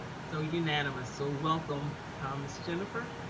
so unanimous. so welcome miss jennifer.